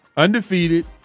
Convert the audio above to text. Undefeated